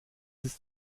ist